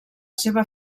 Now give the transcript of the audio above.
seva